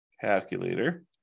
Calculator